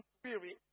spirit